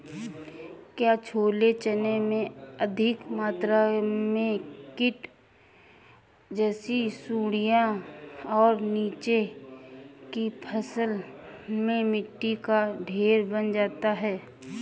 क्या छोले चने में अधिक मात्रा में कीट जैसी सुड़ियां और नीचे की फसल में मिट्टी का ढेर बन जाता है?